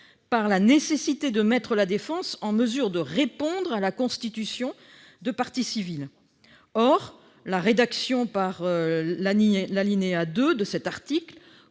par la nécessité de mettre la défense en mesure de répondre à la constitution de partie civile. Or la rédaction envisagée pour l'alinéa 2 de cet article